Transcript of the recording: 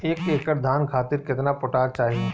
एक एकड़ धान खातिर केतना पोटाश चाही?